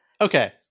Okay